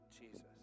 Jesus